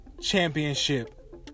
championship